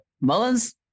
mullins